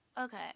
Okay